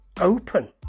open